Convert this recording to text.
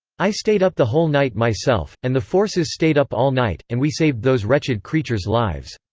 i stayed up the whole night myself, and the forces stayed up all night, and we saved those wretched creatures' lives.